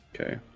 Okay